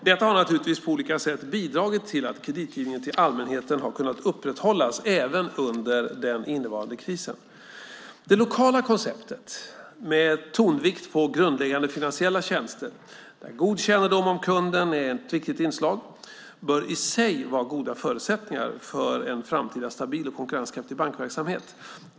Detta har naturligtvis på olika sätt bidragit till att kreditgivningen till allmänheten har kunnat upprätthållas även under den innevarande krisen. Det lokala konceptet med tonvikt på grundläggande finansiella tjänster, där god kännedom om kunden är ett viktigt inslag, bör i sig vara goda förutsättningar för en framtida stabil och konkurrenskraftig bankverksamhet.